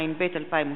התשע"ב 2012,